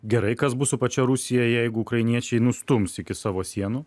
gerai kas bus su pačia rusija jeigu ukrainiečiai nustums iki savo sienų